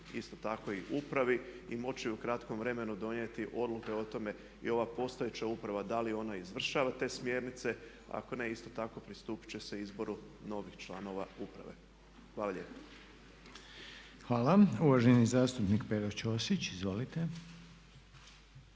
isto tako i upravi i moći u kratkom vremenu donijeti odluke o tome i ova postojeća uprava da li ona izvršava te smjernice, ako ne isto tako pristupit će se izboru novih članova uprave. Hvala lijepa. **Reiner, Željko (HDZ)** Hvala. Uvaženi zastupnik Pero Ćosić, izvolite.